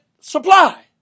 supply